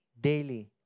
daily